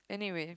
anyway